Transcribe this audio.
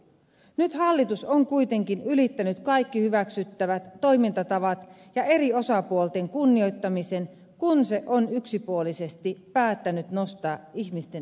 nyt hallitus on kuitenkin ylittänyt kaikki hyväksyttävät toimintatavat ja eri osapuolten kunnioittamisen kun se on yksipuolisesti päättänyt nostaa ihmisten eläkeikää